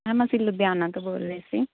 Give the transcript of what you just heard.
ma'am ਅਸੀਂ ਲੁਧਿਆਣਾ ਤੋਂ ਬੋਲ ਰਹੇ ਸੀ